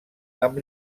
amb